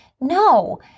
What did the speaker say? no